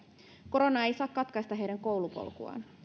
korona ei saa katkaista heidän koulupolkuaan